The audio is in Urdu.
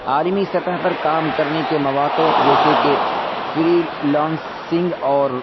عالمی سطح پر کام کرنے کے مواقع جیسے کہ فریلانسنگ اور